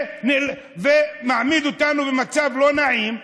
וזה מעמיד אותנו במצב לא נעים: